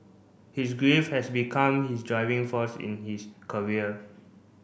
his grief has become his driving force in his career